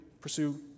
pursue